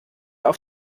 auf